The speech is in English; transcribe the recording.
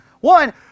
One